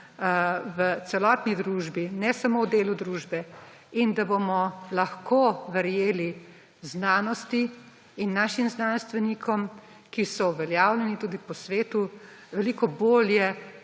v celotni družbi, ne samo v delu družbe, in da bomo lahko verjeli znanosti in našim znanstvenikom, ki so uveljavljeni tudi po svetu, veliko bolj